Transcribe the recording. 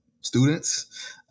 students